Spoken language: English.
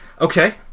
Okay